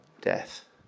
death